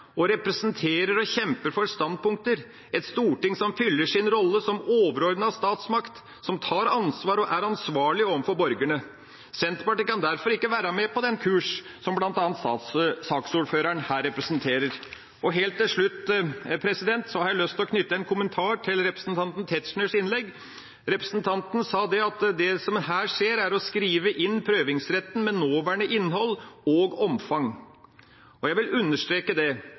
representerer og kjemper for standpunkter – et storting som fyller sin rolle som overordnet statsmakt, som tar ansvar og er ansvarlig overfor borgerne. Senterpartiet kan derfor ikke være med på den kurs som bl.a. saksordføreren her representerer. Helt til slutt har jeg lyst til å knytte en kommentar til representanten Tetzschners innlegg. Representanten sa at det som her skjer, er å skrive inn prøvingsretten med nåværende innhold og omfang. Jeg vil understreke